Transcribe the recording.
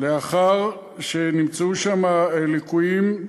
לאחר שנמצאו שם ליקויים,